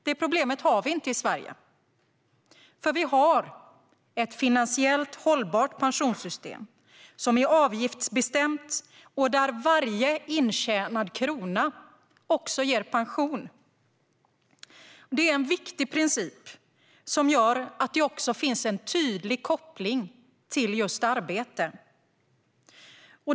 Detta problem har vi inte i Sverige, för vi har ett finansiellt hållbart pensionssystem som är avgiftsbestämt och där varje intjänad krona också ger pension. Det är en viktig princip som gör att det också finns en tydlig koppling till just arbete.